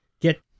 get